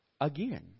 again